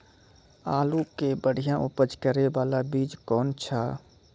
आलू के बढ़िया उपज करे बाला बीज कौन छ?